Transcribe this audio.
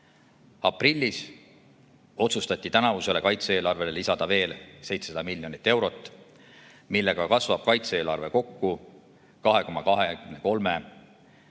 Aprillis otsustati tänavusele kaitse-eelarvele lisada veel 700 miljonit eurot, millega kasvab kaitse-eelarve kokku 2,23%-ni